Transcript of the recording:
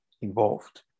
involved